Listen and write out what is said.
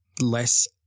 less